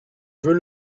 veux